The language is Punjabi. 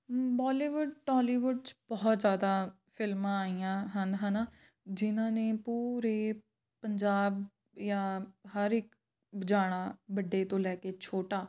ਬੋਲੀਵੁੱਡ ਟੋਲੀਵੁੱਡ 'ਚ ਬਹੁਤ ਜ਼ਿਆਦਾ ਫਿਲਮਾਂ ਆਈਆਂ ਹਨ ਹੈ ਨਾ ਜਿਨ੍ਹਾਂ ਨੇ ਪੂਰੇ ਪੰਜਾਬ ਜਾਂ ਹਰ ਇੱਕ ਜਾਣਾ ਵੱਡੇ ਤੋਂ ਲੈ ਕੇ ਛੋਟਾ